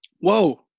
Whoa